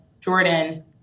Jordan